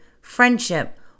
friendship